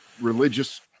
religious